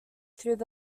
through